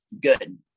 Good